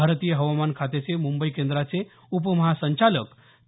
भारतीय हवामान खात्याचे मुंबई केंद्राचे उपमहासंचालक के